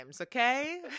okay